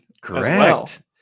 Correct